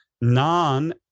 non